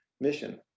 mission